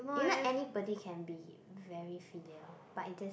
you know anybody can be very filial but is just